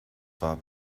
war